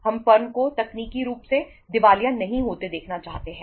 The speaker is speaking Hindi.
हम फर्म को तकनीकी रूप से दिवालिया नहीं होते देखना चाहते हैं